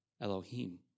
Elohim